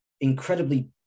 incredibly